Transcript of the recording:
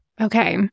Okay